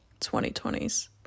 2020s